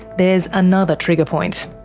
there's another trigger point.